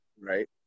Right